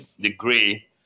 degree